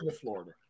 Florida